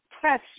press